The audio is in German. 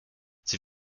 sie